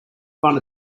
fun